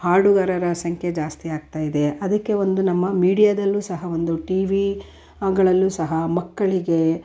ಹಾಡುಗಾರರ ಸಂಖ್ಯೆ ಜಾಸ್ತಿ ಆಗ್ತಾಯಿದೆ ಅದಕ್ಕೆ ಒಂದು ನಮ್ಮ ಮೀಡಿಯಾದಲ್ಲೂ ಸಹ ಒಂದು ಟಿ ವಿಗಳಲ್ಲೂ ಸಹ ಮಕ್ಕಳಿಗೆ